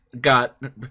got